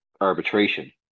arbitration